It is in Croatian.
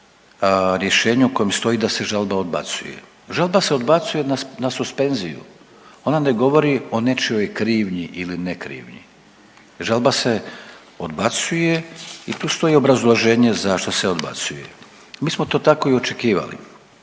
rješenje u kojem stoji da se žalba odbacuje. Žalba se odbacuje na suspenziju, ona ne govori o nečijoj krivnji ili ne krivnji. Žalba se odbacuje i tu stoji obrazloženje zašto se odbacuje. Mi smo to tako i očekivali.